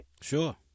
Sure